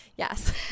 Yes